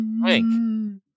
Frank